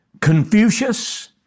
Confucius